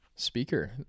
speaker